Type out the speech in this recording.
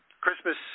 Christmas